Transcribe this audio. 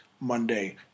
Monday